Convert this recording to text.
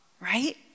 Right